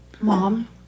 Mom